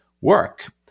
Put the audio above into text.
work